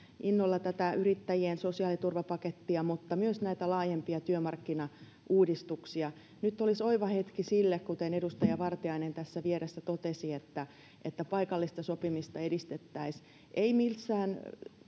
innolla tätä yrittäjien sosiaaliturvapakettia mutta myös näitä laajempia työmarkkinauudistuksia nyt olisi oiva hetki sille kuten edustaja vartiainen tässä vieressä totesi että että paikallista sopimista edistettäisiin ei missään